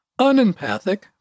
unempathic